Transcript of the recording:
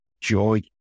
joy